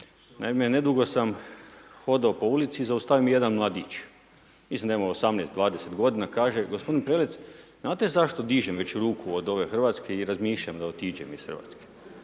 Naime, nedugo sam hodao po ulici i zaustavi me jedan mladić, mislim da ima 18, 20 godina, i kaže – Gospodin Prelec, znate zašto dižem već ruku od ove Hrvatske i razmišljam da otiđem iz Hrvatske?